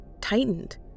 tightened